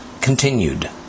continued